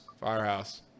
Firehouse